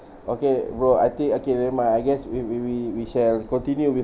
okay bro I think okay never mind I guess we we we we shall continue with